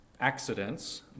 accidents